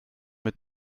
mit